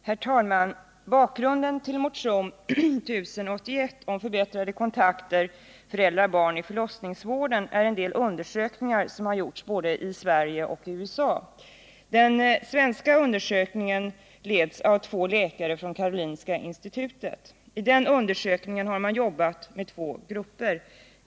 Herr talman! Bakgrunden till motion 1081 om förbättrade kontakter mellan föräldrar och barn i förlossningsvården är en del undersökningar som har gjorts både i Sverige och i USA. I den svenska undersökningen, som leds av två läkare från Karolinska institutet, har man jobbat med två grupper.